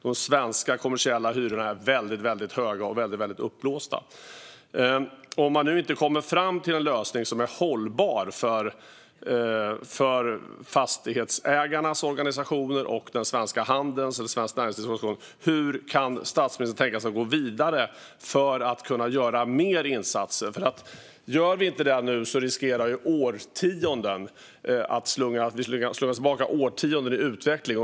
De svenska kommersiella hyrorna är väldigt höga och uppblåsta. Om man nu inte kommer fram till en lösning som är hållbar för både fastighetsägarnas organisationer och den svenska handelns och näringslivets organisationer, hur kan statsministern då tänka sig att gå vidare för att kunna göra mer insatser? Gör vi inte det nu riskerar vi att slungas tillbaka årtionden i utvecklingen.